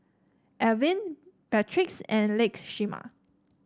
Ervin Beatrix and Lakeisha